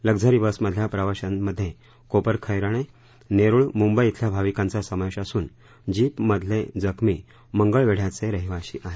luxury बसमधल्या प्रवाशांमधे कोपर खेराणे नेरुळ मुंबई खिल्या भाविकांचा समावेश असून जीपमधले जखमी मंगळवेढ्याचे रहिवाशी आहेत